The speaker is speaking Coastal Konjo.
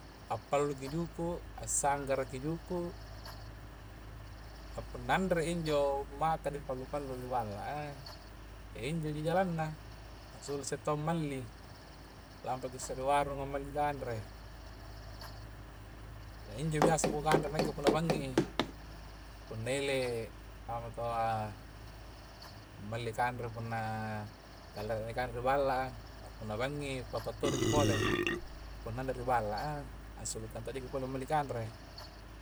Appaluki juku' assanggara ki juku' a punna anre injo maka di pallu-pallu ri balla a, injo ji jalanna ansulu isse taua malli lampa ki isse di warung ngamalli kanre na injo biasa ku kanre nakke punna banging i, punna ele a mo toa malli kanre punna tala kanre ri balla a, a punna banging i pakottodoji pole punna anre ri balla a ansulu ka tarigu punna malli kanre.